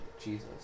jesus